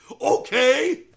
Okay